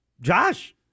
Josh